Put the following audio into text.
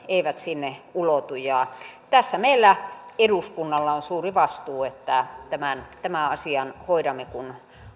eivät sinne ulotu ja tässä meillä eduskunnalla on suuri vastuu että tämän tämän asian hoidamme kun